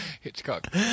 Hitchcock